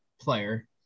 player